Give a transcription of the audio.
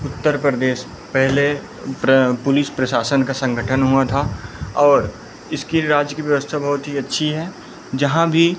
उत्तर प्रदेश पहले पुलिस प्रशासन का संगठन हुआ था और इसकी राज्य की व्यवस्था बहुत ही अच्छी है जहाँ भी